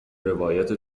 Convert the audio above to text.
روایت